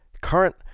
current